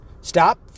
Stop